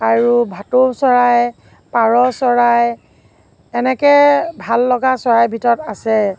আৰু ভাটৌ চৰাই পাৰ চৰাই এনেকৈ ভাল লগা চৰাইৰ ভিতৰত আছে